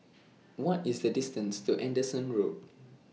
What IS The distance to Anderson Road